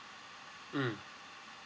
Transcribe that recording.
mm